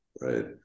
right